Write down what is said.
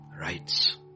rights